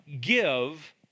give